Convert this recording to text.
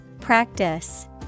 Practice